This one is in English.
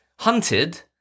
Hunted